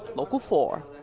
local four.